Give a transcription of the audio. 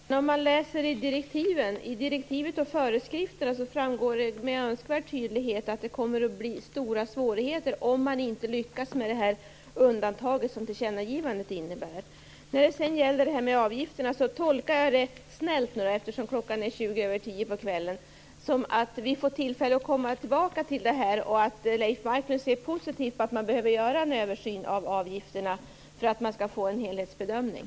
Herr talman! Om man läser i direktivet och föreskrifterna framgår det med önskvärd tydlighet att det kommer att bli stora svårigheter om man inte lyckas med det undantag som tillkännagivandet innebär. När det gäller det här med avgifterna så tolkar jag det rätt snällt - eftersom klockan nu är tjugo över tio på kvällen - som att vi får tillfälle att komma tillbaka till frågan. Jag tolkar det som att Leif Marklund ser positivt på detta att man behöver göra en översyn av avgifterna för att få en helhetsbedömning.